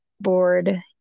board